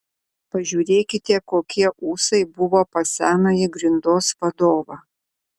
pažiūrėkite kokie ūsai buvo pas senąjį grindos vadovą